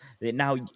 now